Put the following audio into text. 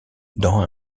dans